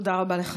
תודה רבה לך.